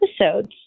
episodes